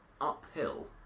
uphill